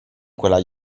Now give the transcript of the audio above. quella